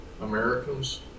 Americans